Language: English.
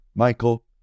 Michael